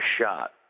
shot